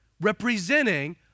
representing